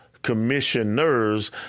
commissioners